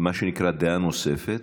מה שנקרא דעה נוספת,